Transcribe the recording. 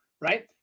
Right